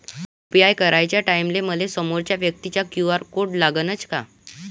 UPI कराच्या टायमाले मले समोरच्या व्यक्तीचा क्यू.आर कोड लागनच का?